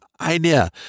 idea